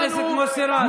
חבר הכנסת מוסי רז, עזוב.